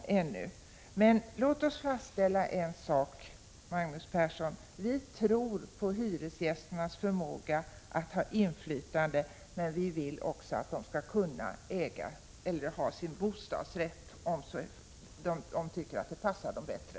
Men, Magnus Persson, låt oss slå fast en sak: Vi i folkpartiet tror på hyresgästernas förmåga att ha inflytande, men vi vill att de också skall ges möjlighet till upplåtelse med bostadsrätt, om de tycker att det passar dem bättre.